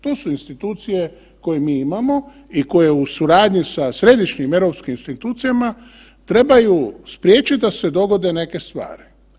To su institucije koje mi imamo i koje u suradnji sa Središnjim europskim institucijama trebaju spriječit da se dogode neke stvari.